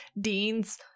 Dean's